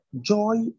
joy